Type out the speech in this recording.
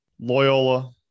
Loyola